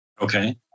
Okay